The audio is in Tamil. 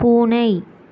பூனை